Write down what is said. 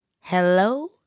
Hello